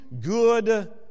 good